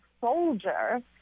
soldier